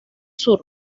sur